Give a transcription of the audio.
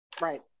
Right